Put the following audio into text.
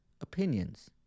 opinions